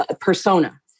persona